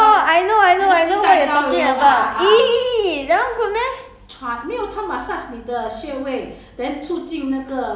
orh orh I know I know I know what you are talking about !ee! that one good meh